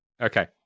Okay